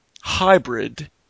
hybrid